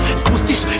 spustiš